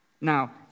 Now